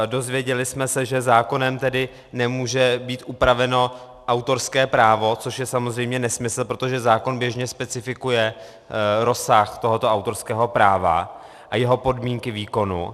Dozvěděli jsme se, že zákonem nemůže být upraveno autorské právo, což je samozřejmě nesmysl, protože zákon běžně specifikuje rozsah tohoto autorského práva a jeho podmínky výkonu.